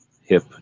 hip